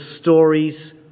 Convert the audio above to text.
stories